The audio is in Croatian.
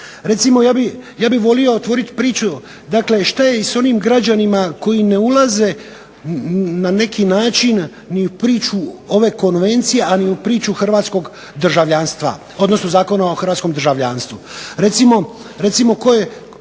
Recimo ja bih volio otvoriti priču, dakle šta je i sa onim građanima koji ne ulaze na neki način ni u priču ove Konvencije, a ni u priču hrvatskog državljanstva, odnosno Zakona o hrvatskom državljanstvu. Recimo tko je